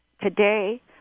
Today